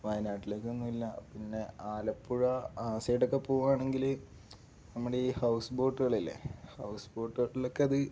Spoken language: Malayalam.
വയനാട്ടിലേക്കൊന്നുമില്ല പിന്നെ ആലപ്പുഴ ആ സൈഡൊക്കെ പോവുകയാണെങ്കില് നമ്മുടെ ഈ ഹൗസ് ബോട്ടുകളില്ലേ ഹൗസ് ബോട്ടുകളിലൊക്കെ അത്